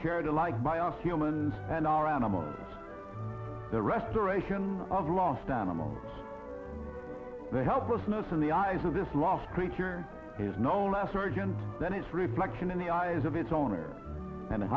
here like by our human and our animals the restoration of lost animals the helplessness in the eyes of this last creature is no less urgent than its reflection in the eyes of its owner and